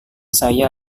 saya